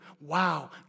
Wow